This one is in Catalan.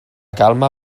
calma